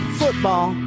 football